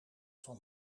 van